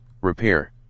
Repair